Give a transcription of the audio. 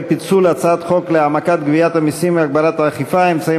פיצול הצעת חוק להעמקת גביית המסים והגברת האכיפה (אמצעים